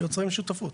יוצרים שותפות.